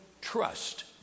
trust